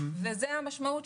זה המשמעות,